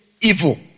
evil